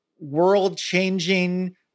world-changing